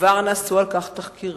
וכבר נעשו על כך תחקירים